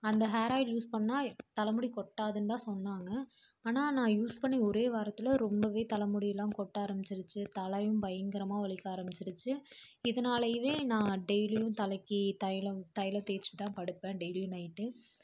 அந்த hair oil use பண்ணிணா தலைமுடி கொட்டாதுன்தான் சொன்னாங்க ஆனால் நான் யூஸ் பண்ணி ஒரே வாரத்தில ரொம்பவே தலைமுடிலாம் கொட்ட ஆரம்பிச்சுருச்சு தலையும் பயங்கரமாக வலிக்க ஆரம்பிச்சுருச்சு இதனாலவே நான் டெய்லியும் தலைக்கு தைலம் தைலம் தேய்ச்சிதான் படுப்பேன் டெய்லியும் நைட்டு